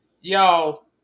y'all